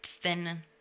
thin